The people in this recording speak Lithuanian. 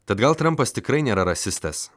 tad gal trampas tikrai nėra rasistas